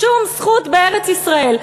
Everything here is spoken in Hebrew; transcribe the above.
שום זכות בארץ-ישראל.